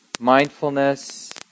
mindfulness